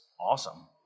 awesome